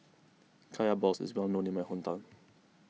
Kaya Balls is well known in my hometown